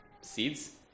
seeds